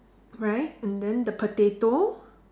right and then the potato